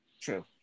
True